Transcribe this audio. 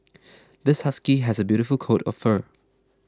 this husky has a beautiful coat of fur